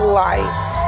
light